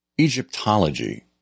Egyptology